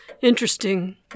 Interesting